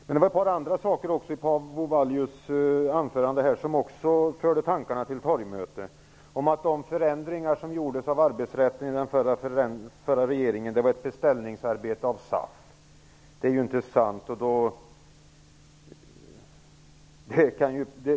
Det var ett par andra saker i Paavo Vallius anförande som också förde tankarna till ett torgmöte, att de förändringar som den förra regeringen gjorde i arbetsrätten var ett beställningsarbete av SAF. Det är ju inte sant.